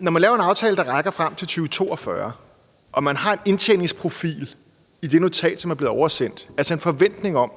når man laver en aftale, der rækker frem til 2042, og man har en indtjeningsprofil i det notat, som blev oversendt, altså en forventning om,